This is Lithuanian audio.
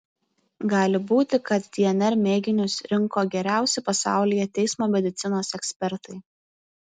gali būti kad dnr mėginius rinko geriausi pasaulyje teismo medicinos ekspertai